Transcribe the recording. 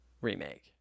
remake